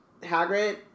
Hagrid